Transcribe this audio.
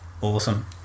awesome